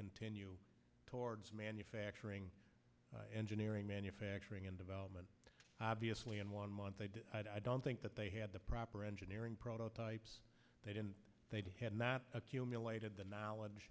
continue towards manufacturing engineering manufacturing and development obviously in one month i don't think that they had the proper engineering prototypes they didn't they had not accumulated the knowledge